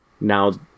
Now